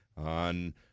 On